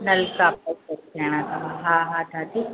नलका ॾेयणा अथव हा हा दादी